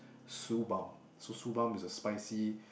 Subalm so Subalm is a spicy